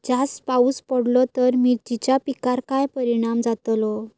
जास्त पाऊस पडलो तर मिरचीच्या पिकार काय परणाम जतालो?